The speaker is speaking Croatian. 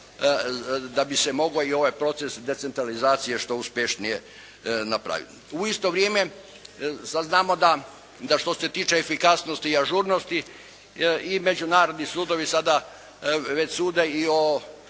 da bi se mogao i ovaj proces decentralizacije što uspješnije napraviti. U isto vrijeme, sad znamo da što se tiče efikasnosti i ažurnosti i međunarodni sudovi sada već sude i o